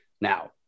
Now